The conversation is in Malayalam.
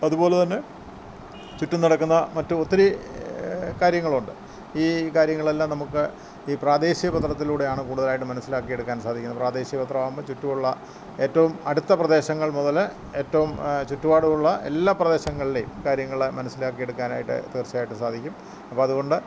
അതുപോലെതന്നെ ചുറ്റും നടക്കുന്ന മറ്റു ഒത്തിരി കാര്യങ്ങളുണ്ട് ഈ കാര്യങ്ങളെല്ലാം നമുക്ക് ഈ പ്രാദേശിക പത്രത്തിലൂടെയാണ് കൂടുതലായിട്ടും മനസ്സിലാക്കിയെടുക്കാൻ സാധിക്കുന്നത് പ്രാദേശിക പത്രമാകുമ്പോൾ ചുറ്റുമുള്ള ഏറ്റവും അടുത്ത പ്രദേശങ്ങൾ മുതൽ ഏറ്റവും ചുറ്റുപാടുമുള്ള എല്ലാ പ്രദേശങ്ങളിലെയും കാര്യങ്ങൾ മനസ്സിലാക്കിയെടുക്കാനായിട്ട് തീർച്ചയായിട്ടും സാധിക്കും അപ്പം അതുകൊണ്ട്